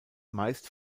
meist